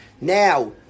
Now